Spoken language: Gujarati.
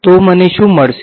તો મને શું મળશે